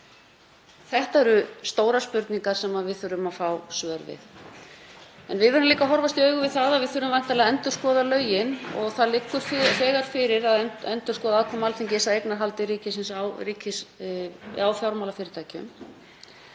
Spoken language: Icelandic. Þetta eru stórar spurningar sem við þurfum að fá svör við. En við verðum líka að horfast í augu við það að við þurfum væntanlega að endurskoða lögin og það liggur þegar fyrir að endurskoða aðkomu Alþingis að eignarhaldi ríkisins á fjármálafyrirtækjum.